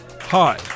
Hi